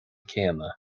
céanna